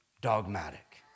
dogmatic